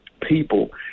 people